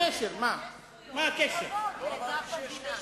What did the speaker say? יש חובות לאזרח במדינה.